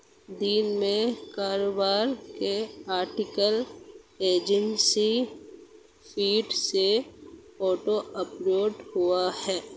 दिन में कारोबार का आर्टिकल एजेंसी फीड से ऑटो अपलोड हुआ है